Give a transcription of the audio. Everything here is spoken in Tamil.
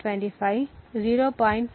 25 0